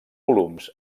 volums